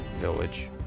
Village